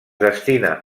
destina